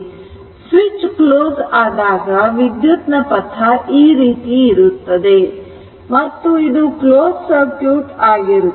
switch close ಆದಾಗ ವಿದ್ಯುತ್ ನ ಪಥ ಈ ರೀತಿ ಇರುತ್ತದೆ ಮತ್ತು ಇದು ಕ್ಲೋಸ್ ಸರ್ಕ್ಯೂಟ್ ಆಗಿರುತ್ತದೆ